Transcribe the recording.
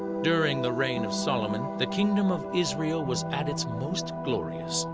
during the reign of solomon, the kingdom of israel was at its most glorious,